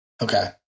Okay